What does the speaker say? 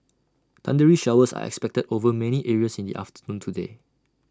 thundery showers are expected over many areas in the afternoon today